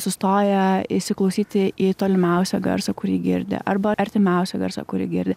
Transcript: sustoję įsiklausyti į tolimiausią garsą kurį girdi arba artimiausią garsą kurį girdi